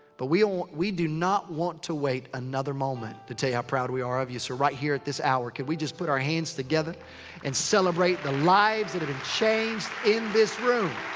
but we do not want to wait another moment to tell you how proud we are of you. so right here at this hour, could we just put our hands together and celebrate the lives that have been changed in this room.